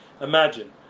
imagine